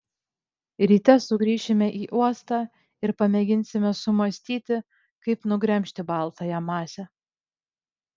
ryte sugrįšime į uostą ir pamėginsime sumąstyti kaip nugremžti baltąją masę